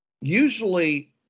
usually